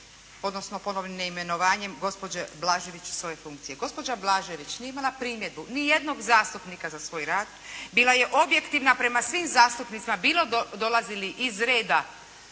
odnosno ponovnim neimenovanjem gospođe Blažević s ove funkcije. Gospođa Blažević nije imala primjedbu ni jednog zastupnika za svoj rad. Bila je objektivna prema svim zastupnicima bilo dolazili iz reda